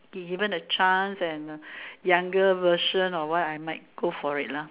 been given a chance and a younger version or what I might go for it lah